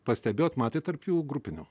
pastebėjote matėte tarp jų grupinių